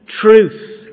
truth